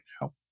now